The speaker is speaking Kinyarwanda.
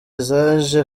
zaje